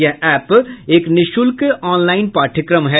यह एप एक निःशुल्क ऑनलाइन पाठ्यक्रम है